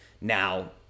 Now